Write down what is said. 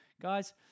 Guys